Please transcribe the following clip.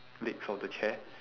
legs of the chair